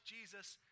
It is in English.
Jesus